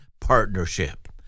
partnership